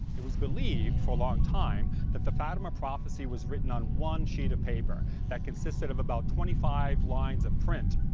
it was believed for a long time that the fatima prophecy was written on one sheet of paper that consisted of about twenty five lines of print.